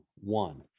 one